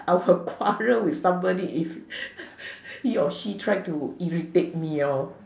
I will quarrel with somebody if he or she try to irritate me lor